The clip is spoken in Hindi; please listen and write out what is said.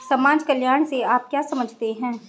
समाज कल्याण से आप क्या समझते हैं?